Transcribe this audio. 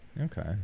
Okay